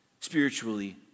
spiritually